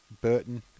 Burton